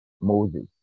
Moses